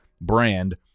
brand